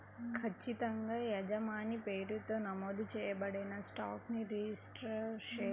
ఖచ్చితంగా యజమాని పేరుతో నమోదు చేయబడిన స్టాక్ ని రిజిస్టర్డ్ షేర్ అంటారు